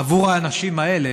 עבור האנשים האלה,